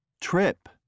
Trip